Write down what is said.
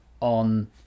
on